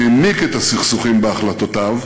הוא העמיק את הסכסוכים בהחלטותיו,